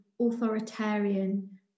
authoritarian